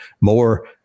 more